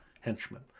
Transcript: henchmen